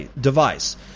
device